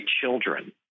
children